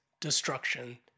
destruction